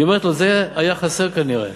היא אומרת לו: זה היה חסר כנראה.